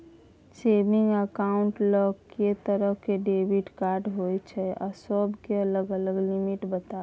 Saving accounts ल के तरह के डेबिट कार्ड होय छै आ सब के अलग अलग लिमिट बताबू?